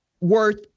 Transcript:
worth